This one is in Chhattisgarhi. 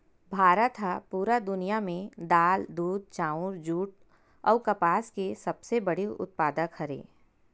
भारत हा पूरा दुनिया में दाल, दूध, चाउर, जुट अउ कपास के सबसे बड़े उत्पादक हरे